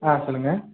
ஆ சொல்லுங்கள்